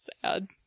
sad